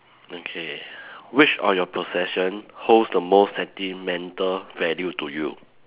okay which of your possession holds the most sentimental value to you